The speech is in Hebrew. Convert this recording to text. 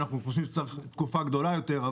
אנחנו חושבים שצריך תקופת מעבר ארוכה יותר,